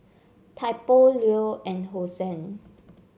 Typo Leo and Hosen